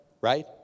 right